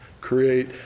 create